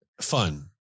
fun